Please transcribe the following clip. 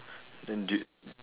then do